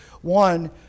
One